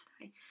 today